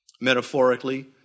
Metaphorically